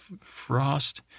Frost